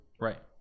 Right